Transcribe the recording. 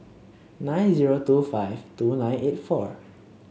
nine zero two five two nine eight four